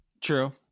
True